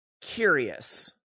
curious